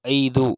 ಐದು